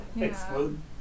explode